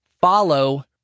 Follow